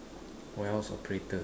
warehouse operator